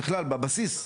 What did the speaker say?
בכלל בבסיס,